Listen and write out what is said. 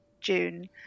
June